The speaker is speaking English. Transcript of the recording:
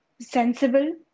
sensible